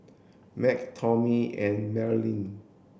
Mack Tommy and Maryann